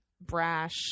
brash